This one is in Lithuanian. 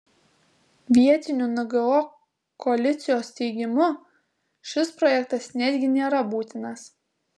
vietinių ngo koalicijos teigimu šis projektas netgi nėra būtinas